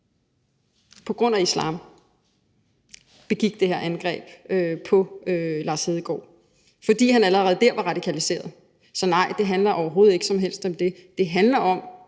på grund af islam, begik det her angreb på Lars Hedegaard, fordi han allerede der var radikaliseret. Så nej, det handler overhovedet ikke om det. Det handler om,